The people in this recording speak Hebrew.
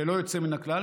ללא יוצא מן הכלל,